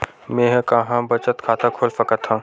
मेंहा कहां बचत खाता खोल सकथव?